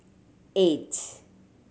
eight